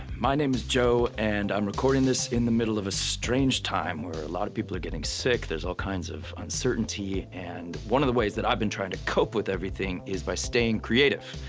my name is joe, and i'm recording this in the middle of a strange time where a lot of people are getting sick. there's all kinds of uncertainty. and one of the ways that i've been trying to cope with everything is by staying creative.